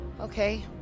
Okay